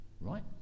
right